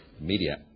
media